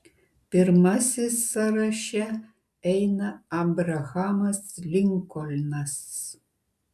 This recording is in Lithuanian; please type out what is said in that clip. pirmasis sąraše eina abrahamas linkolnas